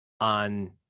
on